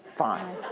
fine.